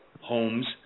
homes